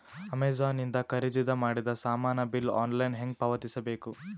Amazon ಇಂದ ಖರೀದಿದ ಮಾಡಿದ ಸಾಮಾನ ಬಿಲ್ ಆನ್ಲೈನ್ ಹೆಂಗ್ ಪಾವತಿಸ ಬೇಕು?